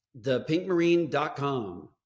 ThePinkMarine.com